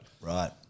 Right